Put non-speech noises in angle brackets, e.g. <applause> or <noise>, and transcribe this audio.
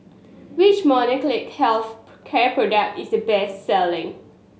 which Molnylcke Health <noise> care product is the best selling